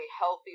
healthy